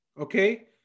Okay